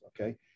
okay